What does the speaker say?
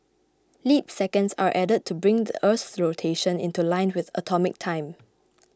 leap seconds are added to bring the Earth's rotation into line with atomic time